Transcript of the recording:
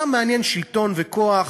אותם מעניין שלטון וכוח.